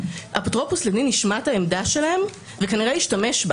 אפוטרופוס לדין ישמע את העמדה שלהם וכנראה ישתמש בה